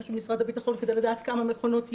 במשרד הביטחון כדי לדעת כמה מכונות יש,